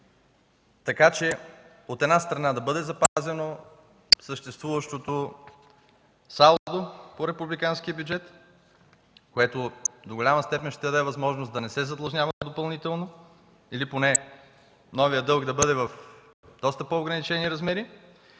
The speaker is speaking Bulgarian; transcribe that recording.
така че от една страна, да бъде запазено съществуващото салдо по републиканския бюджет, което до голяма степен ще даде възможност да не се задлъжнява допълнително, или поне новият дълг да бъде в доста по-ограничени размери,